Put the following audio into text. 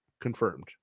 Confirmed